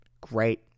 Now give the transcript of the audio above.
great